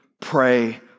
pray